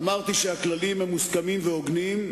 אמרתי שהכללים הם מוסכמים והוגנים,